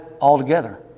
altogether